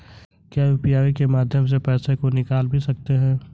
क्या यू.पी.आई के माध्यम से पैसे को निकाल भी सकते हैं?